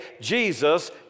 Jesus